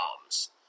arms